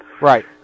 right